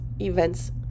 events